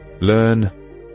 learn